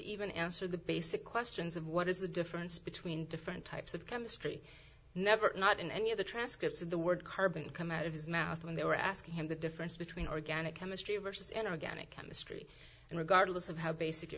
even answer the basic questions of what is the difference between different types of chemistry never not in any of the transcripts of the word carbon come out of his mouth when they were asking him the difference between organic chemistry versus an organic chemistry and regardless of how basic